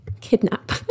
kidnap